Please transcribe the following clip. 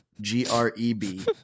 G-R-E-B